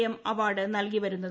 M award നൽകി വരുന്നത്